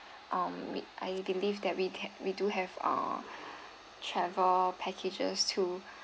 um with I believe that we can we do have a travel packages to